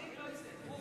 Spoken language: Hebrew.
לא יסגרו,